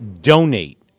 donate